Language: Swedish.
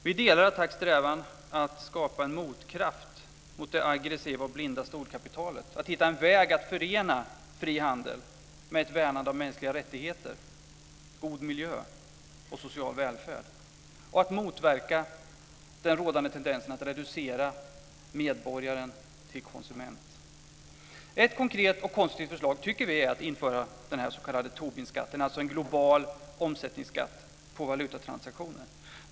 Vi delar ATTAC:s strävan att skapa en motkraft till det aggressiva och blinda storkapitalet, att hitta en väg att förena fri handel med ett värnande av mänskliga rättigheter, god miljö och social välfärd och att motverka den rådande tendensen att reducera medborgaren till konsument. Ett konkret och konstruktivt förslag tycker vi är att införa den s.k. Tobinskatten, alltså en global omsättningsskatt på valutatransaktioner.